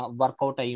workout